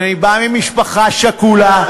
אני בא ממשפחה שכולה,